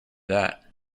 that